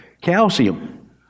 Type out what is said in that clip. Calcium